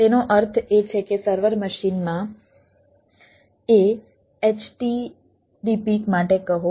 તેનો અર્થ એ છે કે સર્વર મશીનમાં a htdp માટે કહો